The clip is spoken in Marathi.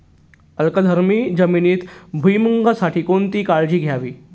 अल्कधर्मी जमिनीत भुईमूगासाठी कोणती काळजी घ्यावी?